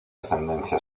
ascendencia